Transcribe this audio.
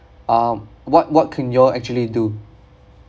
um what what can you all actually do